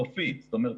זאת אומרת,